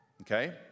Okay